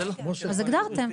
אז הגדרתם.